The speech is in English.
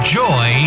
joy